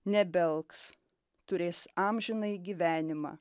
nebelks turės amžinąjį gyvenimą